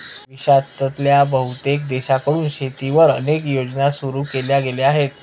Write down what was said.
विश्वातल्या बहुतेक देशांकडून शेतीवर अनेक योजना सुरू केल्या गेल्या आहेत